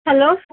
hello